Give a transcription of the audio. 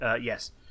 yes